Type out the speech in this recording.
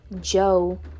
Joe